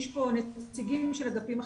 יש פה נציגים של אגפים אחרים.